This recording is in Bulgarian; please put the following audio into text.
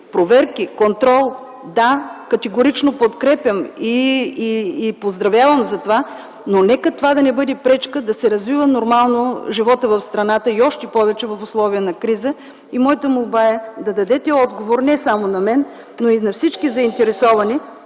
Проверки, контрол – да, категорично подкрепям и поздравявам за това, но нека това да не бъде пречка да се развива нормално животът в страната и още повече в условия на криза. Моята молба е да дадете отговор не само на мен, но и на всички заинтересовани